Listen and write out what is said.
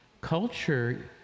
culture